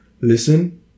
listen